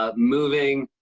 ah moving,